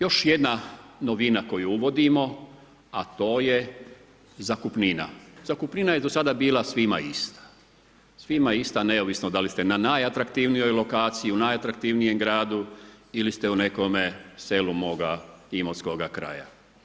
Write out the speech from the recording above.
Još jedna novina, koju uvodimo, a to je zakupnina, zakupnina je do sada bila svima ista, svima ista, neovisno da li ste na najatraktivnijoj lokaciji, u najatraktivnijem gradu ili ste u nekome selu moga imotskoga kraja.